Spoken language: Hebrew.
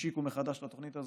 השיקו מחדש את התוכנית הזו,